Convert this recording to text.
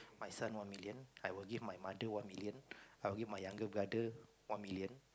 my son one million I will give my mother one million I will give my younger brother one million